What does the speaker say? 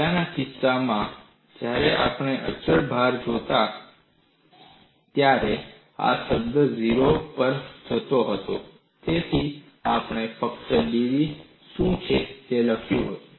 પહેલાના કિસ્સામાં જ્યારે આપણે અચળ ભાર જોતા હતા ત્યારે આ શબ્દ 0 પર જતો હતો તેથી આપણે ફક્ત dv શું છે તે લખ્યું હવે dv 0